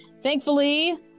Thankfully